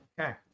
Okay